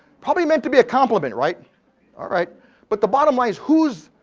probably meant to be a compliment right ah right but the bottom line whose.